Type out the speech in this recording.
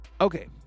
Okay